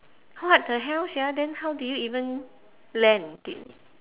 what the hell sia then how did you even land did